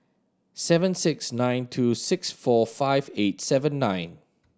seven six nine two six four five eight seven nine